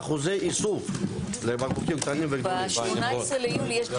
הישיבה ננעלה בשעה 14:41.